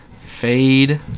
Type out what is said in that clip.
Fade